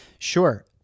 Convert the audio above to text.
Sure